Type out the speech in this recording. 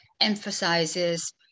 emphasizes